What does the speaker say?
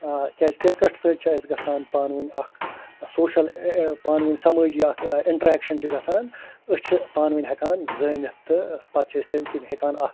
کیٛازِ کرکٹ سۭتۍ چھِ اَسہِ گَژھان پانہٕ ؤنۍ اکھ سوشل پانہٕ ؤنۍ سمٲجی اکھ انٹٮ۪رٮ۪کشن چھِ گَژھان أسۍ چھِ پانہٕ ؤنۍ ہٮ۪کان زٲنِتھ تہِ پتہٕ چھِ أسۍ تمہِ کِنۍ ہٮ۪کان اکھ